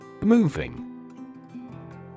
Moving